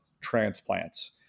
transplants